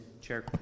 Chair